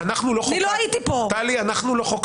טלי, טלי, אנחנו לא חוקקנו.